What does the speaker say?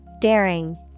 Daring